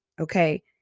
Okay